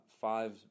five